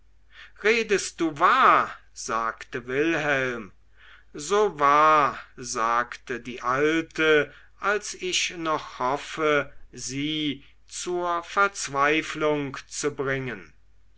redest du wahr sagte wilhelm so wahr sagte die alte als ich noch hoffe sie zur verzweiflung zu bringen